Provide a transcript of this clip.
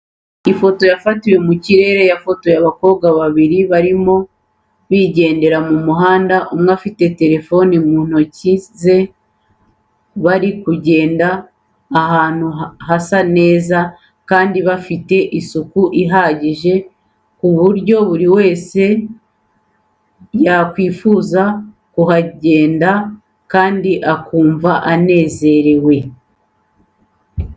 Ifoto yafatiwe mu kirere, yafotoye abakobwa babiri barimo barigendera mu muhanda, umwe afite telephone mu nkoke ze bari kugenda ahantu hasa neza kandi hafite isuku ihagije ku buryo buri wese yakwifuza kuhagenda kandi akumva anezerewe.